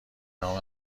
نام